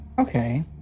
okay